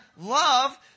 love